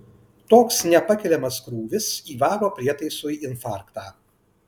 toks nepakeliamas krūvis įvaro prietaisui infarktą